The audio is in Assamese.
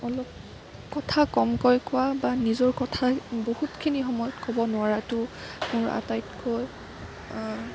অলপ কথা কমকৈ কোৱা বা নিজৰ কথাই বহুতখিনি সময়ত ক'ব নোৱাৰোটো মোৰ আটাইতকৈ